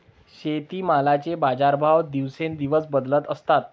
शेतीमालाचे बाजारभाव दिवसेंदिवस बदलत असतात